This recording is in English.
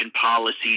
policies